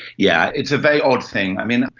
yeah it's a very odd thing. i mean,